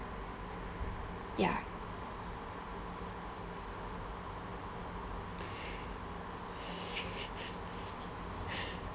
ya